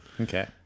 okay